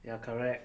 ya correct